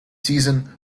season